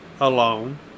Alone